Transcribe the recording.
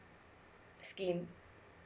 scheme